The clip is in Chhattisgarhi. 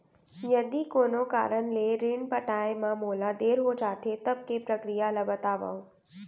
यदि कोनो कारन ले ऋण पटाय मा मोला देर हो जाथे, तब के प्रक्रिया ला बतावव